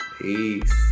Peace